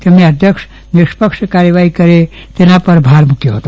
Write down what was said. તેમણે અધ્યક્ષ નિષ્પક્ષ કાર્યવાહી કરે તેની પર ભાર મૂક્યો હતો